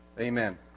Amen